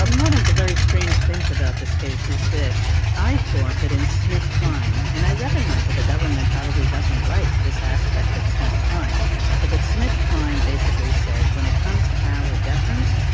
um one of the very strange things about this case is that i thought that in smithkline and i recognize that the government probably doesn't like this aspect of smithkline but that smithkline basically says when it comes to auer deference,